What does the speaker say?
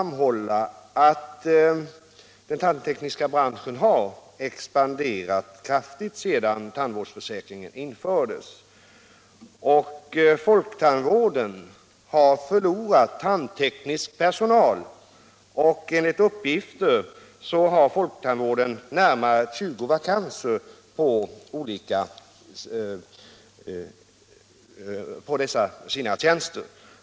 Den tandtekniska branschen har expanderat kraftigt sedan tandvårdsförsäkringen infördes. Folktandvården har förlorat tandteknisk personal; enligt uppgifter har den närmare 20 vakanser på sådana tjänster.